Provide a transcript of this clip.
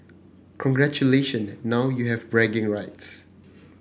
congratulation now you have bragging rights